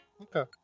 okay